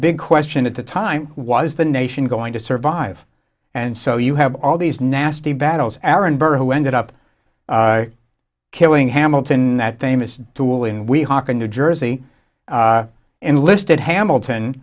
big question at the time was the nation going to survive and so you have all these nasty battles aaron burr who ended up killing hamilton that famous tool in we hock in new jersey enlisted hamilton